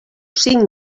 cinc